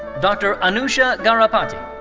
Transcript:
dr. anusha garapaty.